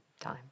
time